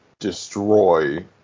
Destroy